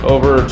Over